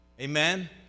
Amen